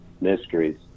mysteries